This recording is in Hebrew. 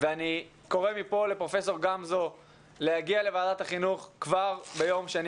אני קורא מפה לפרופ' גמזו להגיע לוועדת החינוך כבר ביום שני